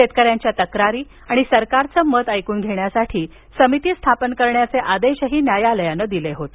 शेतकऱ्यांच्या तक्रारी आणि सरकारचं मत ऐकून घेण्यासाठी समिती स्थापन करण्याचे आदेशही न्यायालयानं दिले होते